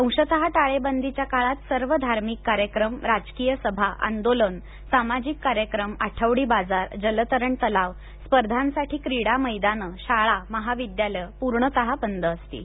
अंशतः टाळेबंदीच्या काळात सर्व धार्मिक कार्यक्रम राजकीय सभा आंदोलन सामाजिक कार्यक्रम आठवडी बाजार जलतरण तलाव स्पर्धांसाठी क्रीडा मैदानं शाळा महाविद्यालयं पूर्णतः बंद असतील